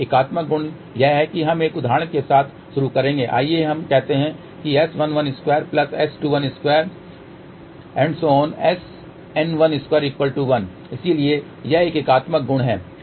एकात्मक गुण यह है कि हम एक उदाहरण के साथ शुरू करेंगे आइए हम कहते हैं S112 S212 SN121 इसलिए यह एकात्मक गुण है